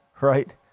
right